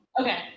Okay